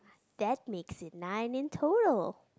that makes it nine in total